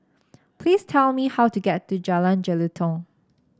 please tell me how to get to Jalan Jelutong